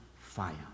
fire